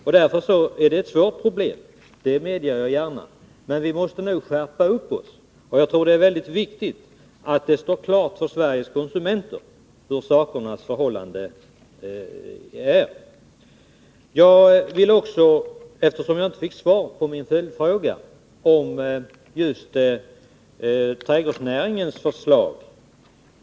Att det är ett svårt problem, det medger jag gärna, men vi måste nog skärpa oss. Jag tror att det är mycket viktigt att det står klart för Sveriges konsumenter hur det förhåller sig med dessa frågor. Jag fick inte något svar på min följdfråga om trädgårdsnäringsutredningens förslag.